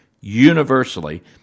universally